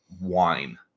wine